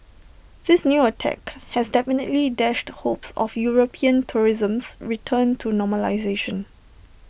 this new attack has definitely dashed hopes of european tourism's return to normalisation